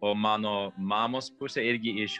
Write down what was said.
o mano mamos pusė irgi iš